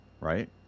right